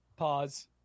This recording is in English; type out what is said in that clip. pause